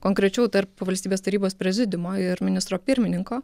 konkrečiau tarp valstybės tarybos prezidiumo ir ministro pirmininko